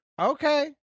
Okay